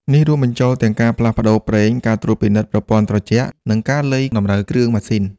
នេះរួមបញ្ចូលទាំងការផ្លាស់ប្តូរប្រេង ការត្រួតពិនិត្យប្រព័ន្ធត្រជាក់ និងការលៃតម្រូវគ្រឿងម៉ាស៊ីន។